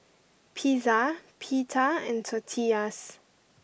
Pizza Pita and Tortillas